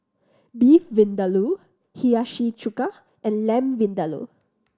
Beef Vindaloo Hiyashi Chuka and Lamb Vindaloo